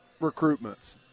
recruitments